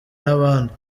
nabandi